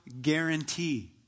guarantee